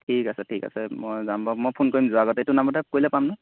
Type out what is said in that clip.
ঠিক আছে ঠিক আছে মই যাম বাৰু মই ফোন কৰিম যোৱা আগতে এইটো নাম্বাৰতে কৰিলে পামনে